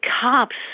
cops